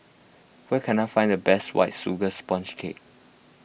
where can I find the best White Sugar Sponge Cake